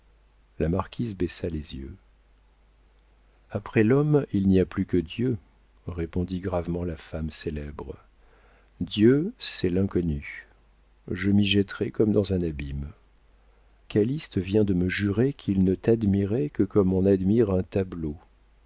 la marquise baissa les yeux après l'homme il n'y a plus que dieu répondit gravement la femme célèbre dieu c'est l'inconnu je m'y jetterai comme dans un abîme calyste vient de me jurer qu'il ne t'admirait que comme on admire un tableau